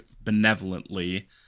benevolently